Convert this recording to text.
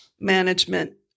management